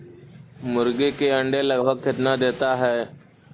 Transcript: मुर्गी के अंडे लगभग कितना देता है?